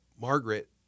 Margaret